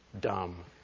dumb